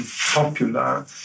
popular